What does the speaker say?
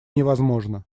невозможно